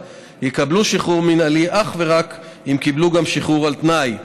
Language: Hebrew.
יקבלו שחרור מינהלי אך ורק אם קיבלו גם שחרור על תנאי,